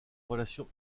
relation